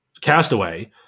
Castaway